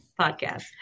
podcast